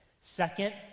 Second